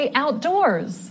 outdoors